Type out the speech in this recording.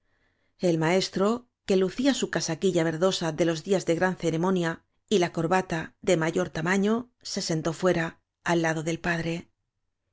el maestro que lucía su casaquilla ver dosa de los días de gran ceremonia y la corbata de mayor tamaño se sentó fuera al lado del padre